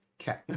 Okay